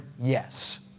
yes